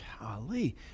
golly